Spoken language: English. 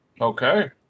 Okay